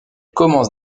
commence